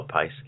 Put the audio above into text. pace